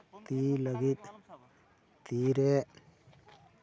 ᱛᱤ ᱞᱟᱹᱜᱤᱫ ᱛᱤ ᱨᱮ